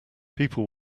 people